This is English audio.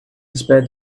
despite